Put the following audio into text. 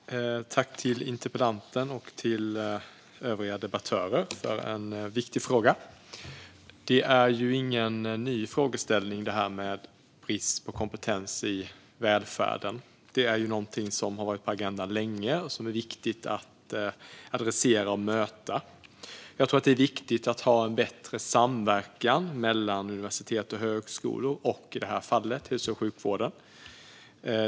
Herr talman! Jag tackar interpellanten och övriga debattörer för en viktig fråga. Brist på kompetens inom välfärden är inte någon ny frågeställning, utan det är något som har varit på agendan länge och som det är viktigt att adressera och möta. Jag tror att det är viktigt att ha en bättre samverkan mellan universitet och högskolor och, i det här fallet, hälso och sjukvården.